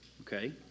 okay